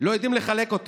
לא יודעים לחלק.